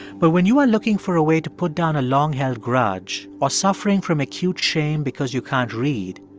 but when you are looking for a way to put down a long-held grudge while suffering from acute shame because you can't read,